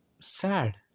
sad